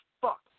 fuck